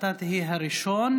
אתה תהיה הראשון,